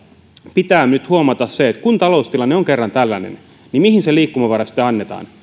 pitää nyt huomata se että kun taloustilanne on kerran tällainen niin mihin se liikkumavara sitten annetaan